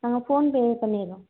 நாங்கள் ஃபோன் பேவே பண்ணிடுறோம்